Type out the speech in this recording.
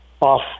off